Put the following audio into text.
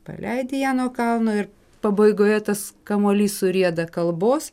paleidi ją nuo kalno ir pabaigoje tas kamuolys surieda kalbos